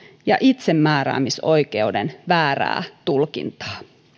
ja itsemääräämisoikeuden väärää tulkintaa